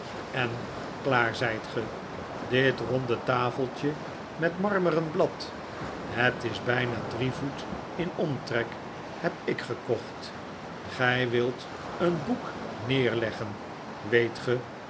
en klaar zijt ge dit ronde tafeltje met marmeren blad t het is bijna drie voet in omtrek heb ik gekocht gij wilt een boek neerleggen weet ge